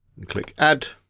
and click add.